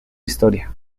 historia